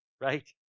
right